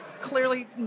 clearly